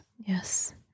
Yes